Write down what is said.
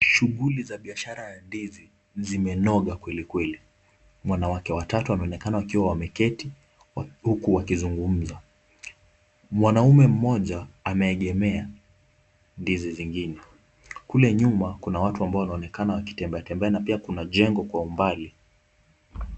Shughuli za biashara ya ndizi zimenoga kweli kweli, wanawake watatu wanaonekana wakiwa wameketi, huku wakizungumza, mwanamume mmoja ameegemea ndizi zingine, kule nyuma kuna watu ambao wanaonekana wakitembeatembea na pia kuna jengo kwa umbali.